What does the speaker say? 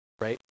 right